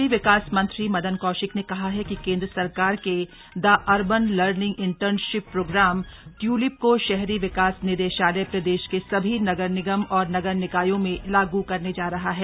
भाहरी विकास मंत्री मदन कौशिक ने कहा है कि केंद्र सरकार के the urban learning internship program TULIP को शहरी विकास निदेशालय प्रदेश के सभी नगर निगम और नगर निकायों में लागू करने जा रहा है